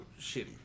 shitty